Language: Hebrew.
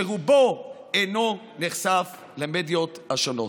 שרובו אינו נחשף למדיות השונות.